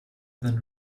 than